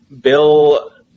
Bill